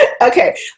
Okay